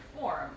form